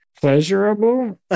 Pleasurable